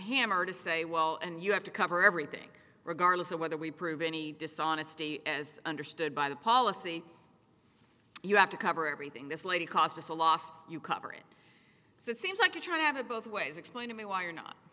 hammer to say well and you have to cover everything regardless of whether we prove any dishonesty as understood by the policy you have to cover everything this lady cost us the last you cover it so it seems like you're trying to have it both ways explain to me wh